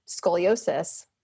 scoliosis